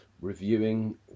reviewing